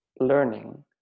learning